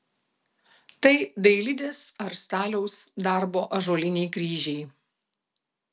tai dailidės ar staliaus darbo ąžuoliniai kryžiai